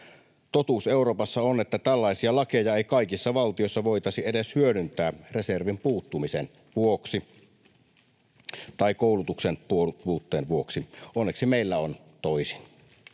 Totuus Euroopassa on, että tällaisia lakeja ei kaikissa valtioissa voitaisi edes hyödyntää reservin puuttumisen vuoksi tai koulutuksen puutteen vuoksi. Onneksi meillä on toisin.